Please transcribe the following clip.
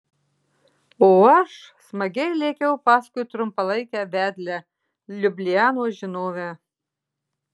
o aš smagiai lėkiau paskui trumpalaikę vedlę liublianos žinovę